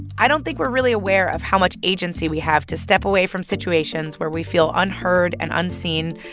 i don't think we're really aware of how much agency we have to step away from situations where we feel unheard and unseen.